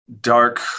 dark